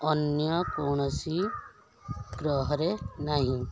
ଅନ୍ୟ କୌଣସି ଗ୍ରହରେ ନାହିଁ